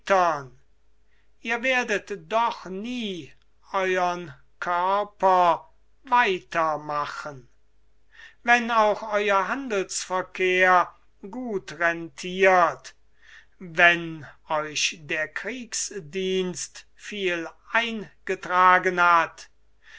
ihr werdet doch nie euern körper weiter machen wenn auch euer handelsverkehr gut rentirt wenn euch der kriegsdienst viel eingetragen hat